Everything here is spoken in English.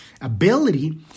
ability